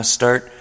start